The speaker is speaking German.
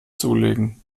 zulegen